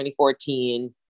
2014